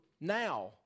now